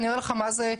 אני אראה לך מה זה,